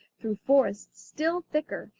through forests still thicker,